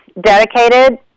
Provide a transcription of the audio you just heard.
dedicated